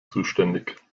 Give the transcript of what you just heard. zuständig